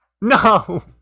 no